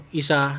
isa